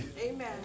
Amen